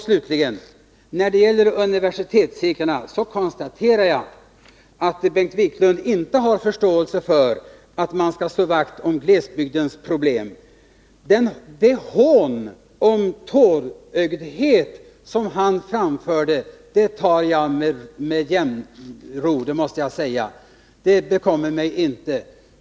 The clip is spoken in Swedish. Slutligen: När det gäller universitetscirklarna konstaterar jag att Bengt Wiklund inte har förståelse för att man skall slå vakt om glesbygdens människor. Hans hånfulla tal om tårögdhet tar jag med ro, måste jag säga. Det bekommer mig inte.